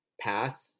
path